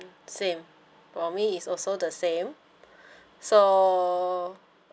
same for me is also the same so